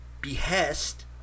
behest